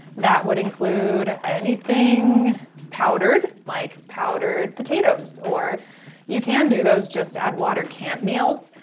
that would include anything powdered, like powdered potatoes, or you can do those just add water camp meals.